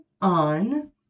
on